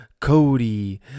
cody